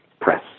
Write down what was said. press